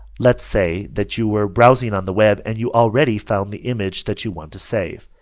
lets say that you were browsing on the web and you already found the image that you want to save.